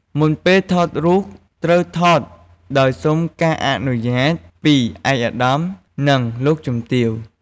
មុនពេលថតរូបត្រូវថតដោយសុំការអនុញ្ញាតពី ឯកឧត្តម និងលោកជំទាវ។